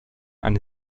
eine